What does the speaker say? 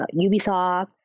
Ubisoft